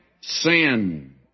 sin